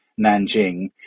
nanjing